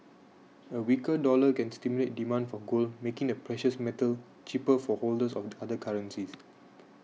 a weaker dollar can stimulate demand for gold making the precious metal cheaper for holders of other currencies